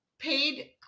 paid